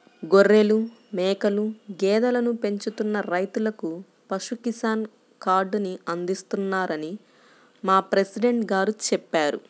గొర్రెలు, మేకలు, గేదెలను పెంచుతున్న రైతులకు పశు కిసాన్ కార్డుని అందిస్తున్నారని మా ప్రెసిడెంట్ గారు చెప్పారు